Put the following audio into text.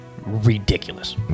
ridiculous